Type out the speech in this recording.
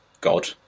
God